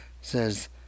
says